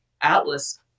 Atlas